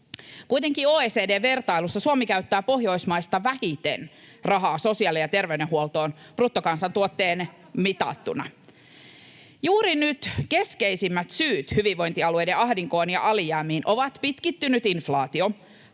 Kuitenkin OECD:n vertailussa Suomi käyttää Pohjoismaista vähiten rahaa sosiaali- ja terveydenhuoltoon bruttokansantuotteella mitattuna. [Krista Kiuru: Ja jatkossa vielä vähemmän!] Juuri nyt keskeisimmät syyt hyvinvointialueiden ahdinkoon ja alijäämiin ovat pitkittynyt inflaatio,